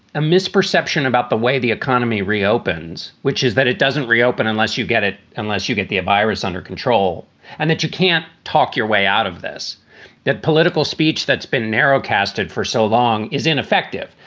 a misperception about the way the economy reopens, which is that it doesn't reopen unless you get it, unless you get the virus under control and that you can't talk your way out of this that political speech that's been narrowcast it for so long is ineffective.